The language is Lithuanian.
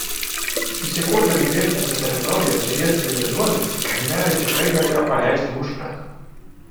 įsikurdami vietinėse teritorijose ir jas civilizuodami khmerai tikrai galėjo paleisti užkratą